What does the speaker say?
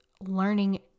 learning